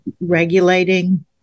regulating